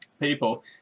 People